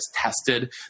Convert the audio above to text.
tested